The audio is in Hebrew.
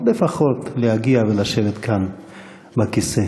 לפחות להגיע ולשבת כאן בכיסא.